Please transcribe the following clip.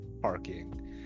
parking